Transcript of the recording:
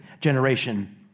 generation